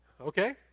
Okay